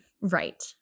Right